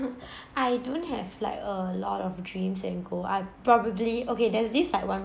I don't have like a lot of dreams and goal I probably okay there's this like one